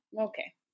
okay